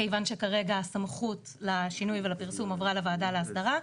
כיוון שכרגע הסמכות לשינוי ולפרסום עברה לוועדה להסדרה.